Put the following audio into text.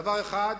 דבר אחד,